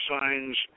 signs